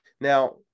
Now